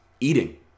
Eating